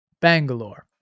Bangalore